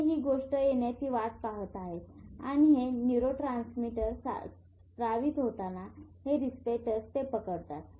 ते ही गोष्ट येण्याची वाट पाहत आहेत आणि हे न्यूरोट्रांसमीटर स्रावित होताना हे रिसेप्टर्स ते पकडतात